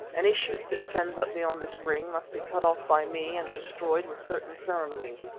any shoots it sends up beyond this ring must be cut off by me and destroyed with certain ceremonies.